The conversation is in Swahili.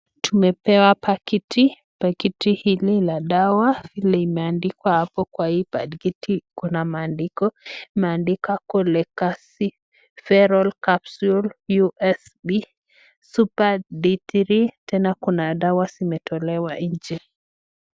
Tumepewa pakiti. Pakiti hili la dawa limeandikwa hapo kwa hii pakiti. kuna maandiko, maandiko (cs)cholecalciferol capsules usp super D3(cs). Tena kuna dawa zimetolewa nje.